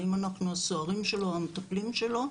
האם אנחנו הסוהרים שלו או המטפלים שלו,